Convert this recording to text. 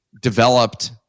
developed